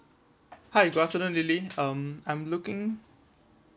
hi good afternoon lily um I'm looking